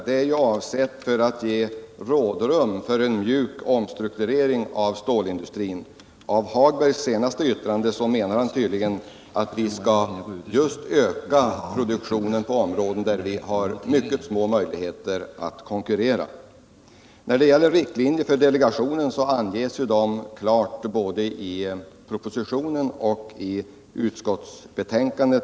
Herr talman! Det sysselsättningsstöd vi här diskuterar är ju avsett att ge rådrum för en mjuk omstrukturering av stålindustrin. Av herr Hagbergs senaste yttrande att döma menar han att vi skall öka produktionen på områden där vi har mycket små möjligheter att konkurrera. När det gäller riktlinjer för delegationen anges ju dessa klart både i propositionen och i utskottets betänkande.